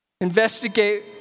Investigate